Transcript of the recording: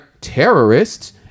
terrorists